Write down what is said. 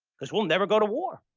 because we'll never go to war.